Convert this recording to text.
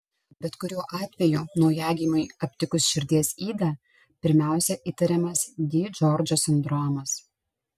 bet kuriuo atveju naujagimiui aptikus širdies ydą pirmiausia įtariamas di džordžo sindromas